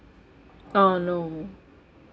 uh no